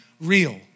real